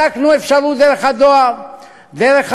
בדקנו אפשרות דרך הדואר, דרך